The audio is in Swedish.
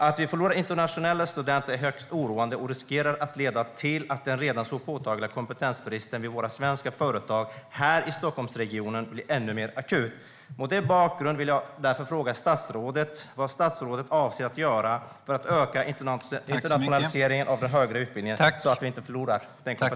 Att vi förlorar internationella studenter är högst oroande och riskerar att leda till att den redan så påtagliga kompetensbristen vid våra svenska företag här i Stockholmsregionen blir ännu mer akut. Mot den bakgrunden vill jag fråga statsrådet vad hon avser att göra för att öka internationaliseringen av den högre utbildningen så att vi inte förlorar den kompetensen.